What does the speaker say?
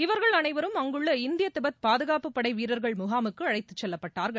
இவர்கள் அனைவரும் அங்குள்ள இந்திய திபத் பாதுகாப்பு படைவீரர்கள் முகாம்க்கு அழைத்து செல்லப்பபட்டார்கள்